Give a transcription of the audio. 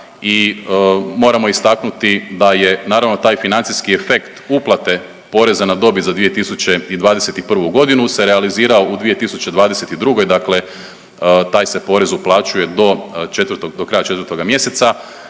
i moramo istaknuti da je naravno taj financijski efekt uplate poreza na dobit za 2021. godinu se realizirao u 2022. dakle taj se porez uplaćuje do 4. do kraja 4. mjeseca